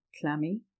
clammy